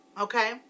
Okay